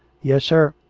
yes, sir.